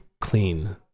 clean